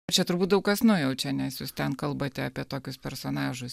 čia turbūt daug kas nujaučia nes jūs ten kalbate apie tokius personažus